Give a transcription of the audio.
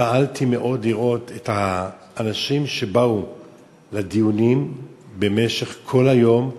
התפעלתי מאוד לראות את האנשים שבאו לדיונים במשך כל היום.